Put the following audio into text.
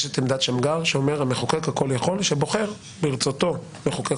יש את עמדת שמגר שאומר שהמחוקק הכול יכול שבוחר וברצותו מחוקק